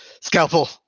Scalpel